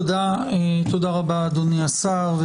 תודה רבה, אדוני השר.